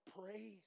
pray